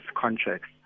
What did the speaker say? contracts